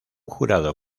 jurado